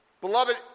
Beloved